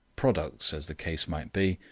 products, as the case might be,